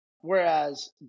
Whereas